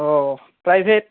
অঁ প্ৰাইভেট